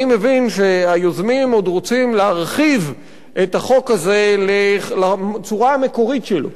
אני מבין שהיוזמים עוד רוצים להרחיב את החוק הזה לצורה המקורית שלו,